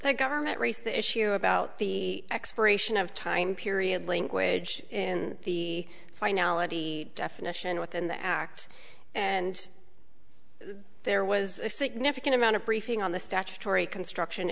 thank government raised the issue about the expiration of time period language in the finality definition within the act and there was a significant amount of briefing on the statutory construction